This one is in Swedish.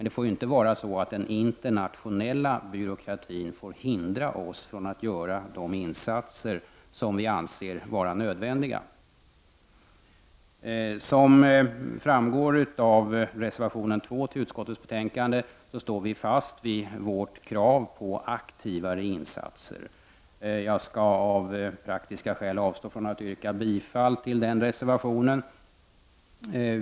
Det får inte vara så att den internationella byråkratin hindrar oss från att göra de insatser som vi anser vara nödvändiga. Som framgår av reservation nr 2 till utskottets betänkande står vi fast vid vårt krav på aktivare insatser. Jag skall av praktiska skäl avstå från att yrka bifall till den reservationen.